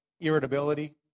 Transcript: irritability